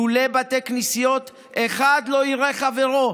לולא בתי כנסיות אחד לא יראה חברו,